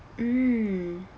mm